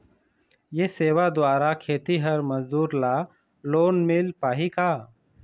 ये सेवा द्वारा खेतीहर मजदूर ला लोन मिल पाही का?